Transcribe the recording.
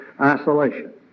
isolation